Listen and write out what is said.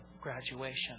graduation